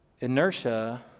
inertia